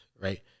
right